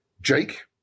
Jake